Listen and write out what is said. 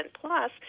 plus